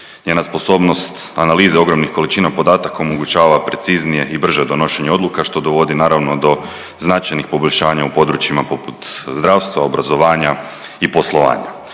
Njena sposobnost analize ogromnih količina podataka omogućava preciznije i brže donošenje odluka što dovodi naravno do značajnih poboljšanja u područjima poput zdravstva, obrazovanja i poslovanja,